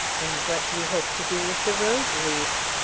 and what do you hope to do with the rose-leaves?